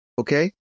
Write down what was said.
okay